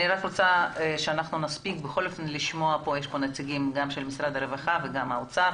אני רוצה שנספיק לשמוע פה נציגים ממשרד הרווחה וגם מהאוצר.